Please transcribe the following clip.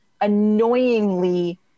annoyingly